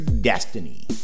destiny